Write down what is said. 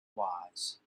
wise